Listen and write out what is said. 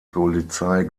polizei